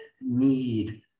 need